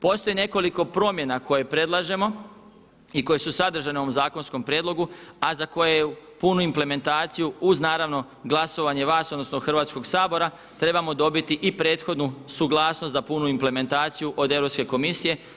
Postoji nekoliko promjena koje predlažemo i koje su sadržane u ovom zakonskom prijedlogu a za koje punu implementaciju uz naravno glasovanje vas odnosno Hrvatskog sabora trebamo dobiti i prethodnu suglasnost za punu implementaciju od Europske komisije.